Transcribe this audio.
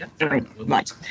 Right